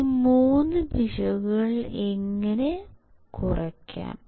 ഈ 3 പിശകുകൾ എങ്ങനെ കുറയ്ക്കാം